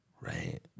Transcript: Right